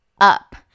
up